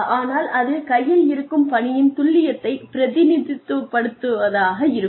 ஆனால் அது கையில் இருக்கும் பணியின் துல்லியத்தை பிரதிநிதித்துவப்படுத்துவதாக இருக்கும்